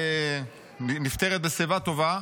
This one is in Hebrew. בשיבה טובה,